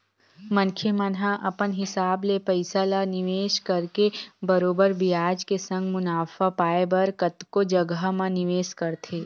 मनखे मन ह अपन हिसाब ले पइसा ल निवेस करके बरोबर बियाज के संग मुनाफा पाय बर कतको जघा म निवेस करथे